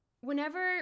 whenever